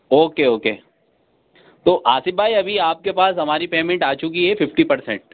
okay okay تو آصف بھائی ابھی آپ کے پاس ہماری پیمینٹ آ چکی ہے ففٹی پرسینٹ